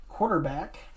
Quarterback